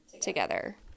together